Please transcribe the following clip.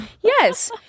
Yes